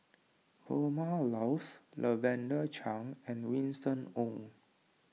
Vilma Laus Lavender Chang and Winston Oh